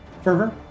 Fervor